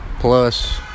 Plus